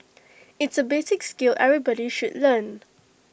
it's A basic skill everybody should learn